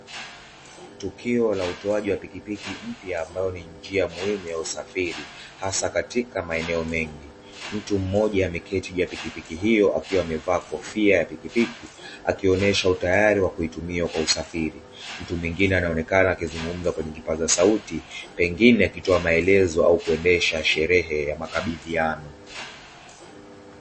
Tukio la utoaji wa pikipiki mpya ambayo ni njia muhimu ya usafiri hasa katika maeneo mengi, mtu mmoja ameketi juu ya pikipiki hiyo akiwa amevaa kofia ya pikipiki akionyesha utayari wa kuitumia kwa usafiri, mtu mwingine anaonekana akizungumza kwenye kipaza sauti pengine akitoa maelezo au kuendesha sherehe ya makabidhiano.